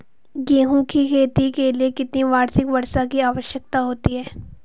गेहूँ की खेती के लिए कितनी वार्षिक वर्षा की आवश्यकता होती है?